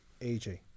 AJ